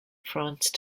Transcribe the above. france